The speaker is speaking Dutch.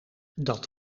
dat